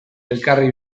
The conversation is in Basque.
elkarri